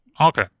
Okay